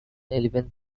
eleven